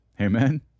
Amen